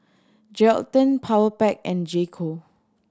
Geraldton Powerpac and J Co